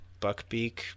Buckbeak